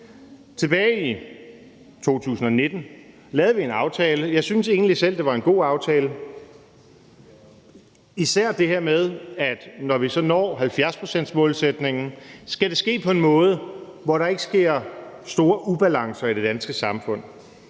Tilbage i 2019 lavede vi en aftale. Jeg synes egentlig selv, det var en god aftale, især det her med, at når vi så når 70-procentsmålsætningen, skal det ske på en måde, hvor der ikke sker store ubalancer i det danske samfund.